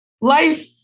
life-